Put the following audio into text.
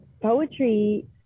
poetry